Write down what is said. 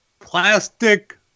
Plastic